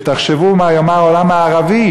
תחשבו מה יאמר העולם הערבי,